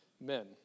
men